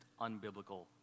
unbiblical